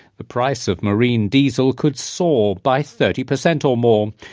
the price of marine diesel could soar by thirty percent or more,